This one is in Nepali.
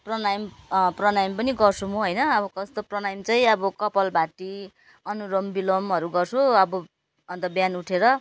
प्राणायाम प्राणायाम पनि गर्छु म होइन अब कस्तो प्राणायाम चाहिँ अब कपालभाति अनुलोम विलोमहरू गर्छु अब अन्त बिहान उठेर